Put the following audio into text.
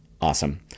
awesome